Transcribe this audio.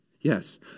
Yes